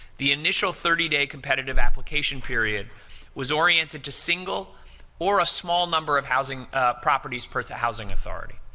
the initial thirty day competitive application period was oriented to single or a small number of housing properties per housing authority.